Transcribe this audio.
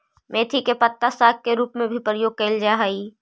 मेथी के पत्ता साग के रूप में भी प्रयोग कैल जा हइ